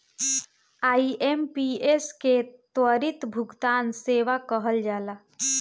IMPS के त्वरित भुगतान सेवा कहल जाला